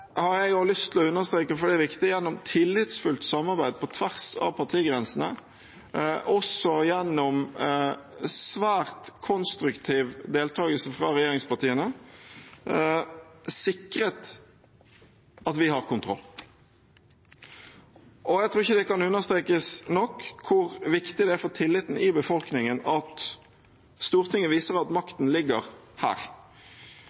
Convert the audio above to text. har jeg også lyst til å understreke, for det er viktig – tillitsfullt samarbeid på tvers av partigrensene, og også gjennom svært konstruktiv deltakelse fra regjeringspartiene, sikret at vi har kontroll. Og jeg tror ikke det kan understrekes nok hvor viktig det er for tilliten i befolkningen at Stortinget viser at makten ligger her.